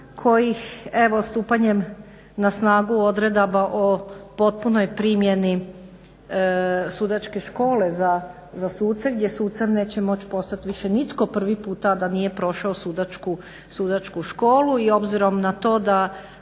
kojih evo stupanjem na snagu odredaba o potpunoj primjeni Sudačke škole za suce gdje sucem neće moći postati više nitko prvi puta a da nije prošao Sudačku školu i obzirom na to da